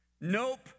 Nope